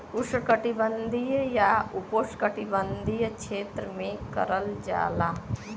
उष्णकटिबंधीय या उपोष्णकटिबंधीय क्षेत्र में करल जाला